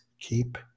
keep